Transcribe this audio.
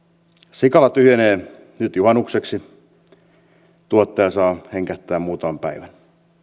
sikala tyhjenee nyt juhannukseksi tuottaja saa hengähtää muutaman päivän